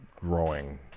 growing